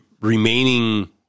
remaining